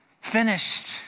finished